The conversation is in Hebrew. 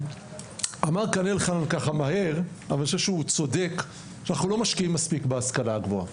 אמר כאן אלחנן ולדעתי הוא צודק שאנחנו לא משקיעים מספיק בהשכלה הגבוהה.